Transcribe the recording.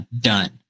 done